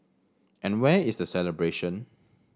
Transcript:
and where is the celebration